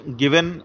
given